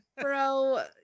bro